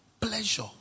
pleasure